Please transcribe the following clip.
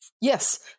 Yes